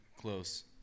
close